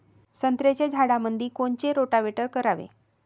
संत्र्याच्या झाडामंदी कोनचे रोटावेटर करावे?